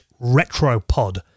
retropod